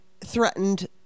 threatened